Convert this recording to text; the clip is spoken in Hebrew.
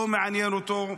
לא מעניין אותו.